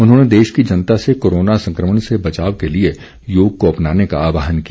उन्होंने देश की जनता से कोरोना संकमण से बचाव के लिए योग को अपनाने का आहवान किया